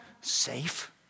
safe